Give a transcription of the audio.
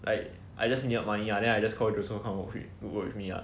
like I just need money lah then I just call joseph come work work with me lah